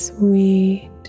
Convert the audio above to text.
Sweet